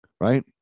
right